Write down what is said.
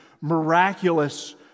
miraculous